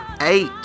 eight